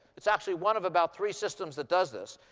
it's actually one of about three systems that does this.